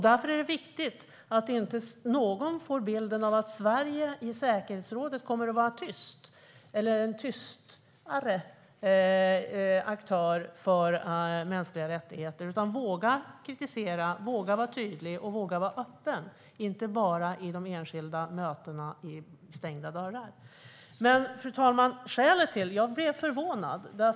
Därför är det viktigt att inte någon får bilden av att Sverige kommer att vara tyst, eller vara en tystare aktör, i säkerhetsrådet för mänskliga rättigheter utan våga kritisera, våga vara tydlig och våga vara öppen - inte bara i enskilda möten bakom stängda dörrar. Fru talman! Jag blev förvånad.